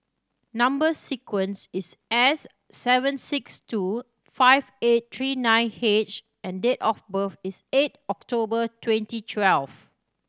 number sequence is S seven six two five eight three nine H and date of birth is eight October twenty twelve